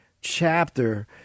chapter